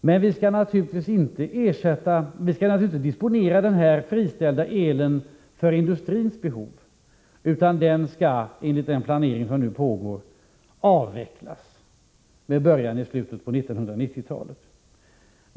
Men vi skall naturligtvis inte disponera den här friställda elen för industrins behov, utan den skall — enligt den planering som nu pågår — avvecklas, med början i slutet av 1990-talet.